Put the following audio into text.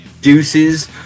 deuces